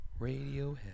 Radiohead